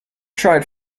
tried